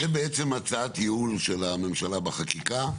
זו בעצם הצעת ייעול של הממשלה בחקיקה.